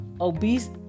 obese